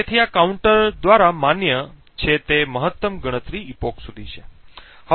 તેથી આ કાઉન્ટર દ્વારા માન્ય છે તે મહત્તમ ગણતરી એપક સુધી છે